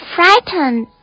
Frightened